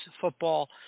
football